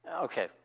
Okay